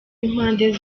impande